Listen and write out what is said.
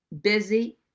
busy